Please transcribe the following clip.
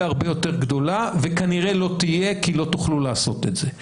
הרבה יותר גדול וכנראה לא יהיה כי לא תוכלו לעשות את זה,